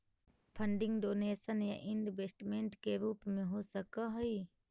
funding donation या investment के रूप में हो सकऽ हई